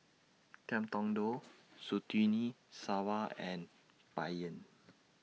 Ngiam Tong Dow Surtini Sarwan and Bai Yan